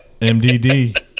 MDD